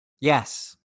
Yes